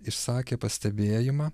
išsakė pastebėjimą